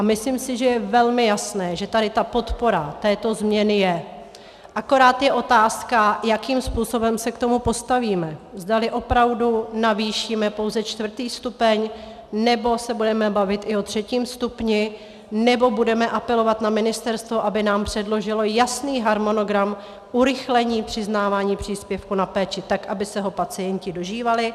Myslím si, že je velmi jasné, že tady podpora této změny je, akorát je otázka, jakým způsobem se k tomu postavíme, zdali opravdu navýšíme pouze čtvrtý stupeň, nebo se budeme bavit i o třetím stupni, nebo budeme apelovat na ministerstvo, aby nám předložilo jasný harmonogram urychlení přiznávání příspěvku na péči tak, aby se ho pacienti dožívali